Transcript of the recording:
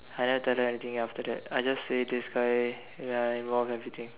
I never tell her anything after that I just say this guy ya involved everything